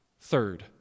Third